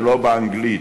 ולא באנגלית,